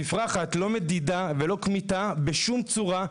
תפרחת לא מדידה ולא כמיתה בשום צורה.